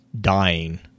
dying